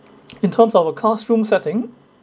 in terms of a classroom setting